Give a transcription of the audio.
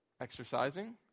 exercising